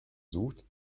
sucht